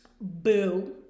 Boo